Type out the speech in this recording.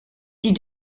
die